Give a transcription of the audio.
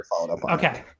Okay